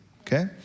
Okay